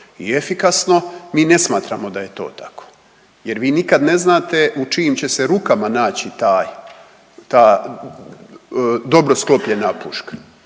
i efikasno. Mi ne smatramo da je to tako, jer vi nikad ne znate u čijim će se rukama naći ta dobro sklopljena puška.